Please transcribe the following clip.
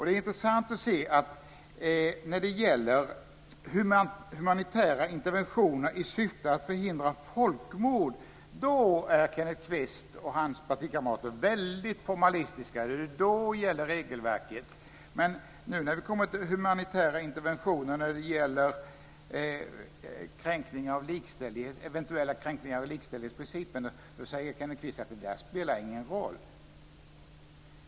Det är intressant att se att när det gäller humanitära interventioner i syfte att förhindra folkmord är Kenneth Kvist och hans partikamrater väldigt formalistiska. Då gäller regelverket. Men när vi nu kommer till humanitära interventioner som gäller eventuella kränkningar av likställighetsprincipen säger Kenneth Kvist att det inte spelar någon roll.